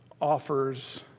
offers